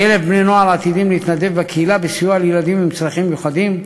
כ-1,000 בני-נוער עתידים להתנדב בקהילה בסיוע לילדים עם צרכים מיוחדים,